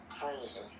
Crazy